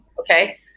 okay